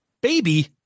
Baby